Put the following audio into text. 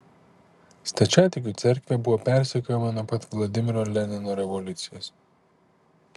stačiatikių cerkvė buvo persekiojama nuo pat vladimiro lenino revoliucijos